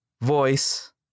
Voice